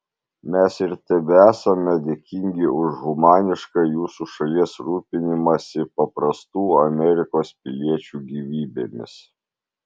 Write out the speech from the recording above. mes ir tebesame dėkingi už humanišką jūsų šalies rūpinimąsi paprastų amerikos piliečių gyvybėmis